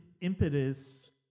impetus